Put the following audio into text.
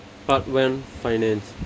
part one finance